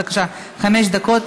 אני קובעת כי הצעת חוק הרבנות